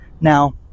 Now